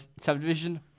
subdivision